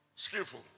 Skillful